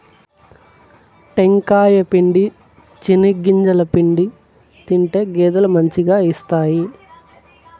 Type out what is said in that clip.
టెంకాయ పిండి, చెనిగింజల పిండి తింటే గేదెలు మంచిగా ఇస్తాయి